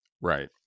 Right